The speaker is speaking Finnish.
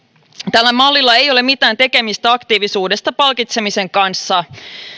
tällä mallilla ei ole mitään tekemistä aktiivisuudesta palkitsemisen kanssa